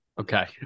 Okay